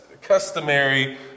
customary